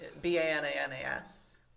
B-A-N-A-N-A-S